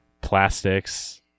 Plastics